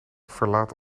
verlaat